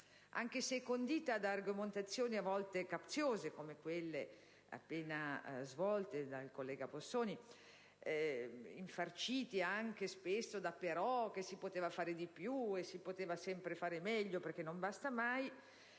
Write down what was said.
Anche se condita da argomentazioni a volte capziose, come quelle appena svolte dal collega Passoni, infarcite spesso da «però», «si poteva fare di più», «si poteva fare meglio» (perché non basta mai),